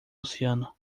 oceano